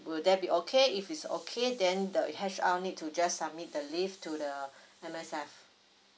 would that be okay if it's okay then the H_R need to just submit the leave to the M_S_F